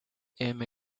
ėmė